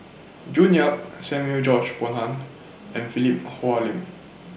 June Yap Samuel George Bonham and Philip Hoalim